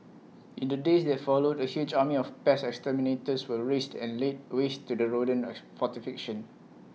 in the days that followed A huge army of pest exterminators were raised and laid waste to the rodent as fortification